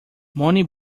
money